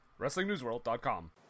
WrestlingNewsWorld.com